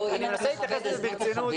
אני מנסה להתייחס לזה ברצינות